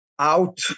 Out